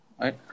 right